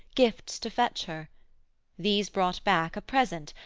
gifts, to fetch her these brought back a present,